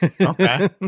Okay